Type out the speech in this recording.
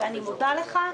אני מודה לך,